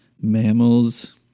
mammals